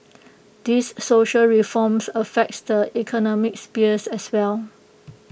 these social reforms affect the economic sphere as well